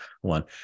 one